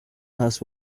has